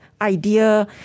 idea